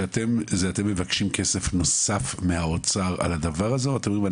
אתם מבקשים כסף נוסף מהאוצר על הדבר הזה או אתם אומרים,